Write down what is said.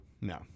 No